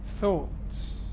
Thoughts